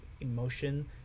emotion